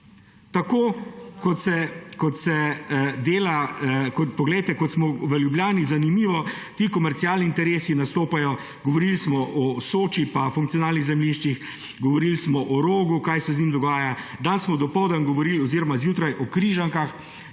Tako se dela, poglejte, kot v Ljubljani, zanimivo, ti komercialni interesi nastopajo, govorili smo o Soči pa funkcionalnih zemljiščih, govorili smo o Rogu, kaj se z njim dogaja, danes zjutraj smo govorili o Križankah,